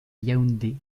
yaoundé